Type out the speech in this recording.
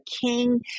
King